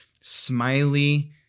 smiley